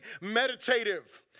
meditative